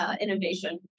innovation